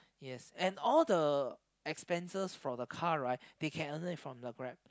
yes and all the expenses for the car right they can earn it from the Grab